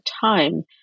time